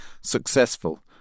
successful